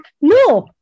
No